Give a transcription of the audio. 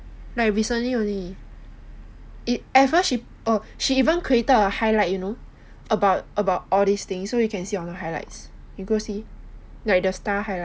like recently only at first she she even created a highlight you know about about this thing so you can see on her highlights you go see like the star highlight